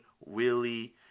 Willie